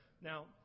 Now